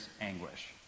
anguish